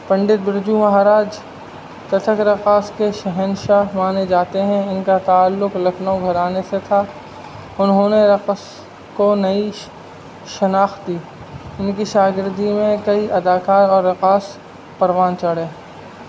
پنڈت برجو مہاراج کتھک رقاص کے شہنشاہ مانے جاتے ہیں ان کا تعلق لکھنؤ گھرانے سے تھا انہوں نے رقص کو نئی شناخت دی ان کی شاگردی میں کئی اداکار اور رقاص پروان چڑھے